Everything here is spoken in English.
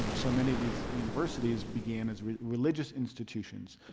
you know so many of these universities began as religious institutions.